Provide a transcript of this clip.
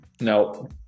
No